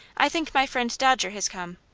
i think my friend dodger has come.